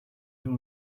hill